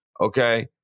Okay